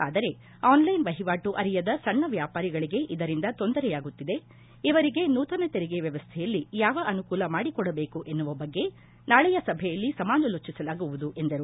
ಆದರೆ ಆನ್ಲೈನ್ ವಹಿವಾಟು ಅರಿಯದ ಸಣ್ಣ ವ್ಯಾಪಾರಿಗಳಿಗೆ ಇದರಿಂದ ತೊಂದರೆಯಾಗುತ್ತಿದೆ ಇವರಿಗೆ ನೂತನ ತೆರಿಗೆ ವ್ಯವಸ್ಥೆಯಲ್ಲಿ ಯಾವ ಅನುಕೂಲ ಮಾಡಿಕೊಡಬೇಕು ಎನ್ನುವ ಬಗ್ಗೆ ನಾಳಿಯ ಸಭೆಯಲ್ಲಿ ಸಮಾಲೋಚಿಸಲಾಗುವುದು ಎಂದರು